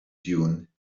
dune